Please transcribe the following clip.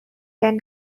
can